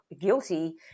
guilty